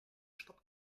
stopp